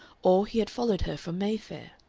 or he had followed her from mayfair.